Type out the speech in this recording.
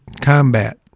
combat